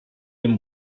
dem